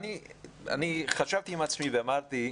אני חשבתי עם עצמי ואמרתי: